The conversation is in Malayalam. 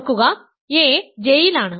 ഓർക്കുക a J യിലാണ്